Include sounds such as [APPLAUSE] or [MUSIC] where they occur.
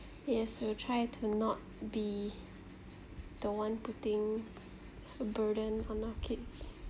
yes we'll try to not be [BREATH] the one putting a burden on our kids